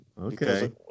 Okay